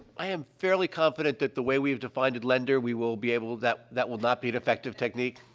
i am fairly confident that the way we have defined a lender, we will be able that that will not be an effective technique.